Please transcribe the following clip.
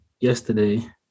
yesterday